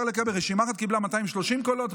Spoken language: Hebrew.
רשימה אחת קיבלה 230 קולות,